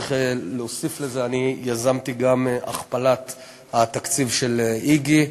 צריך להוסיף לזה שאני יזמתי גם את הכפלת התקציב של "איגי".